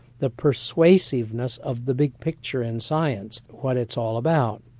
the persuasiveness of the big picture in science, what it's all about.